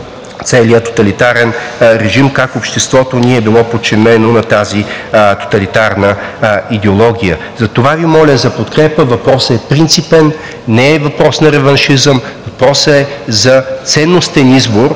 целия тоталитарен режим, как обществото ни е било подчинено на тази тоталитарна идеология. Затова Ви моля за подкрепа. Въпросът е принципен, не е въпрос на реваншизъм. Въпросът е за ценностен избор,